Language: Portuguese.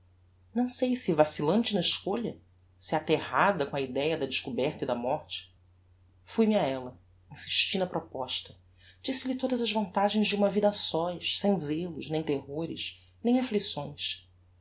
não sei se vacillante na escolha se aterrada com a idéa da descoberta e da morte fui-me a ella insisti na proposta disse-lhe todas as vantagens de uma vida a sós sem zelos nem terrores nem afflicções